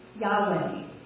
Yahweh